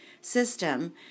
System